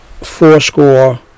fourscore